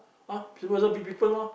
ah supervisor beat people mah